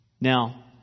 Now